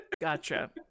Gotcha